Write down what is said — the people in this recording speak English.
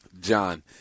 John